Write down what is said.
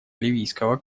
ливийского